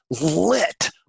lit